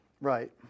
Right